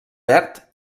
verd